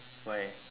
why